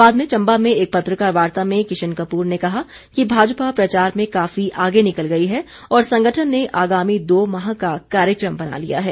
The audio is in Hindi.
बाद में चम्बा में एक पत्रकार वार्ता में किशन कप्र ने कहा कि भाजपा प्रचार में काफी आगे निकल गई है और संगठन ने आगामी दो माह का कार्यक्रम बना लिया है